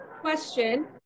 Question